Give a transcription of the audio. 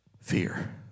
Fear